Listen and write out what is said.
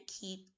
keep